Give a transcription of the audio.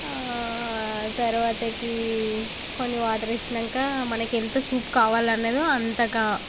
తర్వాత కొన్ని వాటర్ వేసాక మనకి ఎంత సూప్ కావాలి అన్నదో అంతగా